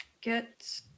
get